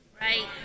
Right